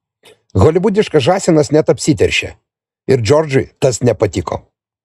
holivudiškas žąsinas net apsiteršė ir džordžui tas nepatiko